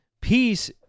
peace